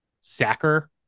sacker